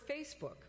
Facebook